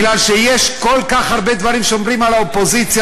כי יש כל כך הרבה דברים שאומרים על האופוזיציה,